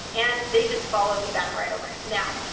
and they just followed me back right away. now,